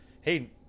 Hey